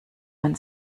man